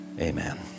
Amen